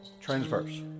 transverse